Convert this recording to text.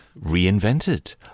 reinvented